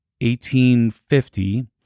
1850